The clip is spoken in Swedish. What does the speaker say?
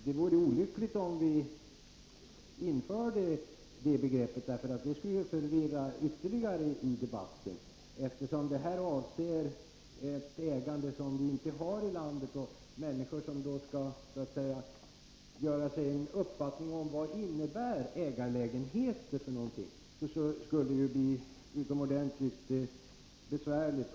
Men detta skulle i så fall förvirra debatten ytterligare och göra det utomordentligt besvärligt för den som skall göra sig en uppfattning om vad begreppet ägarlägenhet innebär.